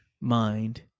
mind